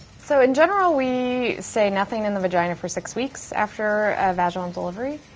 so in general, we say nothing in the vagina for six weeks after a vaginal delivery.